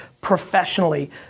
professionally